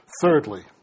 Thirdly